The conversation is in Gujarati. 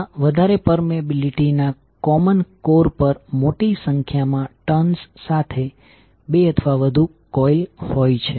તેમાં વધારે પરમીએબીલીટી ના કોમન કોર પર મોટી સંખ્યામાં ટર્ન્સ સાથે બે અથવા વધુ કોઇલ હોય છે